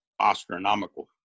astronomical